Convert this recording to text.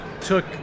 took